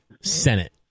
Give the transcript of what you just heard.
Senate